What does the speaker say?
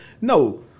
No